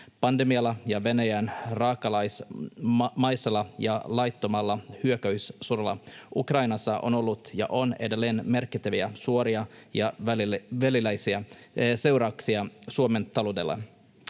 Pandemialla ja Venäjän raakalaismaisella ja laittomalla hyökkäyssodalla Ukrainassa on ollut ja on edelleen merkittäviä suoria ja välillisiä seurauksia Suomen taloudelle.